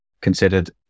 considered